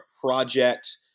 project